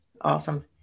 Awesome